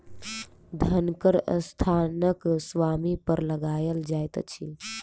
धन कर संस्थानक स्वामी पर लगायल जाइत अछि